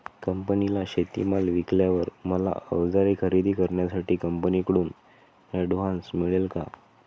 कंपनीला शेतीमाल विकल्यावर मला औजारे खरेदी करण्यासाठी कंपनीकडून ऍडव्हान्स मिळेल का?